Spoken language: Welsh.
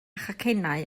chacennau